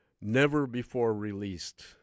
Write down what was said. never-before-released